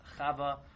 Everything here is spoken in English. Chava